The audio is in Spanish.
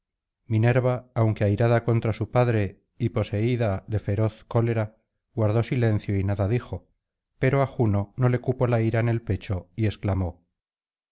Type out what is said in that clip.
minerva aunque airada contra su padre y poseída de feroz cólera guardó silencio y nada dijo pero á juno la ira no le cupo en el pecho y exclamó